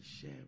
share